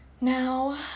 now